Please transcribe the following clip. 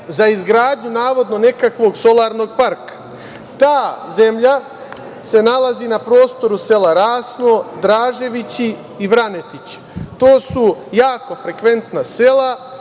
za izgradnju, navodno, nekakvog solarnog parka. Ta zemlja se nalazi na prostoru sela Raslo, Draževići i Vranetići. To su jako frekventna sela